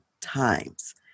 times